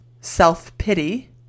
self-pity